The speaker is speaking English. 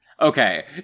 Okay